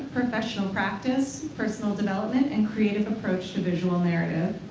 professional practice, personal development, and creative approach to visual narrative.